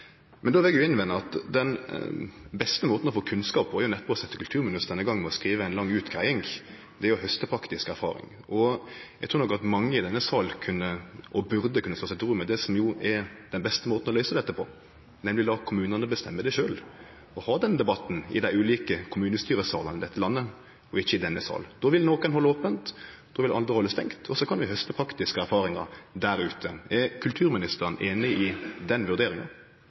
Men då vil eg innvende at den beste måten å få kunnskap på, neppe er å setje kulturministeren i gang med å skrive ei lang utgreiing. Det er å hauste faktisk erfaring. Eg trur nok at mange i denne salen kunne – og burde kunne – slå seg til ro med det som jo er den beste måten å løyse dette på, nemleg å la kommunane bestemme det sjølve og ha den debatten i dei ulike kommunestyresalane i dette landet og ikkje i denne salen. Då vil nokre halde ope, då vil andre halde stengt. Og så kan vi hauste faktiske erfaringar der ute. Er kulturministeren einig i den vurderinga?